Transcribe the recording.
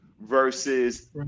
versus